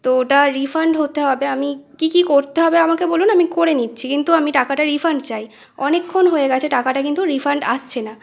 তো ওটা রিফান্ড হতে হবে আমি কী কী করতে হবে আমাকে বলুন আমি করে নিচ্ছি কিন্তু আমি টাকাটা রিফান্ড চাই অনেকক্ষণ হয়ে গিয়েছে টাকাটা কিন্তু রিফান্ড আসছে না